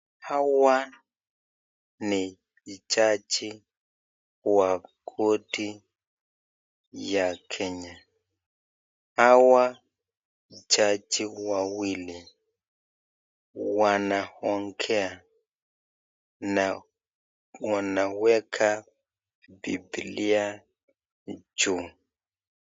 Hawa ni jaji wa koti ya Kenya ,hawa jaji wawili wanaongea na wanaweka bibilia juu.